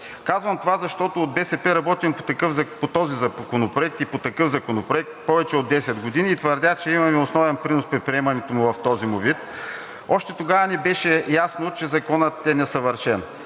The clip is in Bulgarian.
Казвам това, защото от БСП работим по този законопроект и по такъв законопроект повече от 10 години и твърдя, че имаме основен принос при приемането му в този вид. Още тогава беше ясно, че Законът е несъвършен.